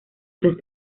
tres